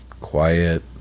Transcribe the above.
quiet